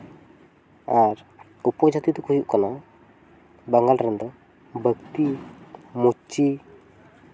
ᱟᱨ ᱩᱯᱚᱡᱟᱹᱛᱤ ᱫᱚᱠᱚ ᱦᱩᱭᱩᱜ ᱠᱟᱱᱟ ᱵᱟᱝᱜᱟᱞ ᱨᱮᱱᱫᱚ ᱵᱟᱹᱠᱛᱤ ᱢᱩᱪᱤ